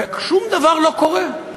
ושום דבר לא קורה.